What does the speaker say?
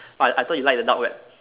but I I thought you like the dark web